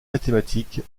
mathématiques